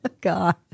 God